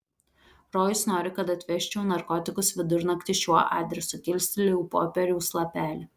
rojus nori kad atvežčiau narkotikus vidurnaktį šiuo adresu kilstelėjau popieriaus lapelį